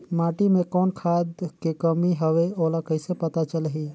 माटी मे कौन खाद के कमी हवे मोला कइसे पता चलही?